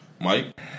Mike